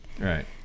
Right